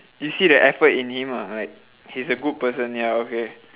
you see the effort in him ah like he's a good person ya okay